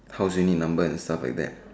house unit number and stuff like that